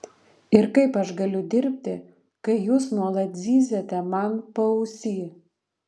ir kaip aš galiu dirbti kai jūs nuolat zyziate man paausy